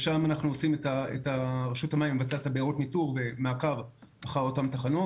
ושם רשות המים מבצעת את בארות הניטור ומעקב אחר אותן תחנות.